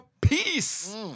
peace